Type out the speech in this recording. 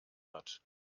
hat